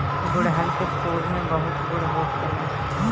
गुड़हल के फूल में बहुते गुण होखेला